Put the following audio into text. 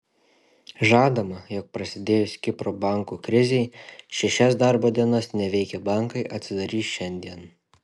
žadama jog prasidėjus kipro bankų krizei šešias darbo dienas neveikę bankai atsidarys šiandien